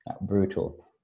brutal